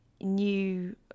new